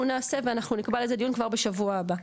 אנחנו נעשה ואנחנו נקבע לזה דיון כבר בשבוע הבא.